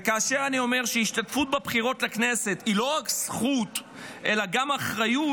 וכאשר אני אומר שהשתתפות בבחירות לכנסת היא לא רק זכות אלא גם אחריות,